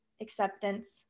acceptance